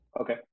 Okay